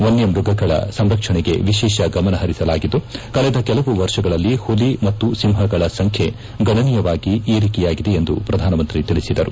ವನ್ನ ಮ್ಯಗಗಳ ಸಂರಕ್ಷಣೆಗೆ ವಿಶೇಷ ಗಮನಹರಿಸಲಾಗಿದ್ಲು ಕಳೆದ ಕೆಲವು ವರ್ಷಗಳಲ್ಲಿ ಪುಲಿ ಮತ್ತು ಸಿಂಪಗಳ ಸಂಖ್ಯೆ ಗಣನೀಯವಾಗಿ ಏರಿಕೆಯಾಗಿದೆ ಎಂದು ಪ್ರಧಾನಮಂತ್ರಿ ತಿಳಿಸಿದರು